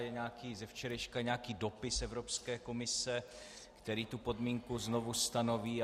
Je ze včerejška nějaký dopis Evropské komise, který tu podmínku znovu stanoví.